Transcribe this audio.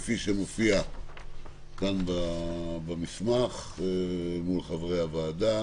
כפי שמופיע כאן במסמך מול חברי הוועדה.